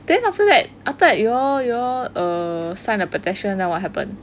then after that after you all you all err sign the petition then what happen